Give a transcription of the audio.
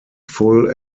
full